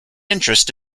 interest